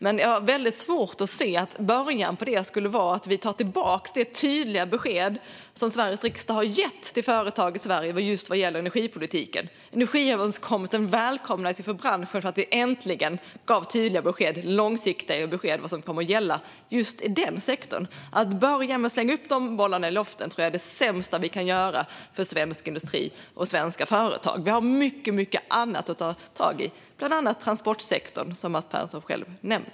Jag har dock väldigt svårt att se att början på det skulle vara att vi tar tillbaka det tydliga besked som Sveriges riksdag har gett till företag i Sverige just vad gäller energipolitiken. Energiöverenskommelsen välkomnades ju från branschen för att vi äntligen gav tydliga och långsiktiga besked om vad som kommer att gälla just i den sektorn. Att börja med att slänga upp de bollarna i luften tror jag är det sämsta vi kan göra för svensk industri och svenska företag. Vi har mycket, mycket annat att ta tag i, bland annat transportsektorn som Mats Persson själv nämner.